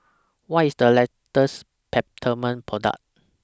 What IS The latest Peptamen Product